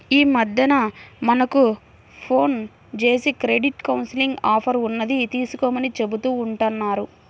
యీ మద్దెన మనకు ఫోన్ జేసి క్రెడిట్ కౌన్సిలింగ్ ఆఫర్ ఉన్నది తీసుకోమని చెబుతా ఉంటన్నారు